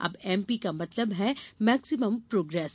अब एमपी का मतलब है मैक्जिमम प्रोग्रेस